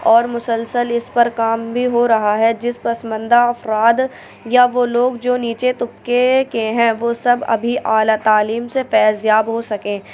اور مسلسل اس پر کام بھی ہو رہا ہے جس پسماندہ افراد یا وہ لوگ جو نیچے طبقے كے ہیں وہ سب ابھی اعلیٰ تعلیم سے پیض یاب ہو سکیں